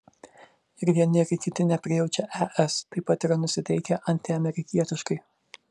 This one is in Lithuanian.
ir vieni ir kiti neprijaučia es taip pat yra nusiteikę antiamerikietiškai